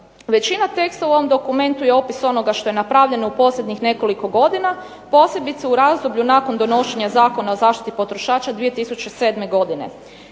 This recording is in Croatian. Većina teksta u ovom dokument je opis onoga što je napravljeno u posljednjih nekoliko godina posebice u razdoblju nakon donošenja Zakona o zaštiti potrošača 2007. godine.